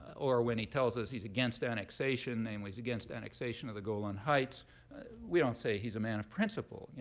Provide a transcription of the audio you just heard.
or when he tells us he's against annexation namely, he's against annexation of the golan heights we don't say he's a man of principle.